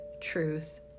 truth